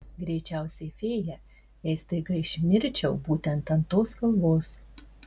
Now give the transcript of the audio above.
greičiausiai fėja jei staiga išnirčiau būtent ant tos kalvos